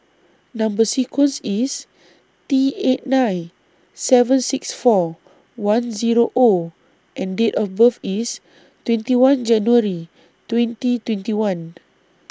Number sequence IS T eight nine seven six four one Zero O and Date of birth IS twenty one January twenty twenty one